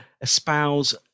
espouse